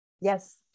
Yes